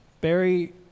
Barry